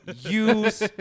use